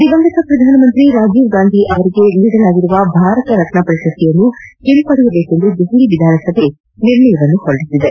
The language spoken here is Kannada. ದಿವಂಗತ ಪ್ರಧಾನಮಂತ್ರಿ ರಾಜೀವ್ ಗಾಂಧಿ ಅವರಿಗೆ ಪ್ರದಾನ ಮಾಡಲಾಗಿರುವ ಭಾರತ ರತ್ವ ಪ್ರಶಸ್ತಿಯನ್ನು ಹಿಂಪಡೆಯಬೇಕೆಂದು ದೆಹಲಿ ವಿಧಾನಸಭೆ ನಿರ್ಣಯವನ್ನು ಹೊರಡಿಸಿದೆ